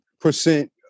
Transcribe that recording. percent